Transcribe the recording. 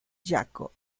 jacob